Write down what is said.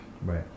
Right